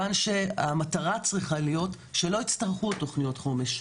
המטרה צריכה להיות שלא יצטרכו תוכניות חומש.